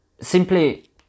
simply